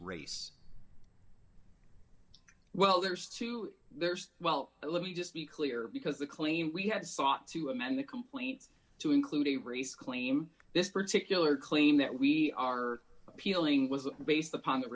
race well there is two there's well let me just be clear because the claim we had sought to amend the complaint to include a race claim this particular claim that we are appealing was based upon th